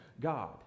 God